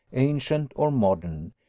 ancient or modern,